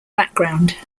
background